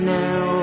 now